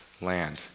land